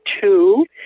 two